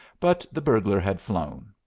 but the burglar had flown.